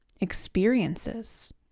experiences